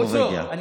נורבגיה, כן.